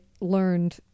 learned